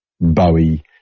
Bowie